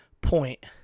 point